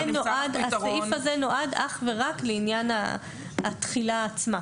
הסעיף הזה נועד אך ורק לעניין התחילה עצמה.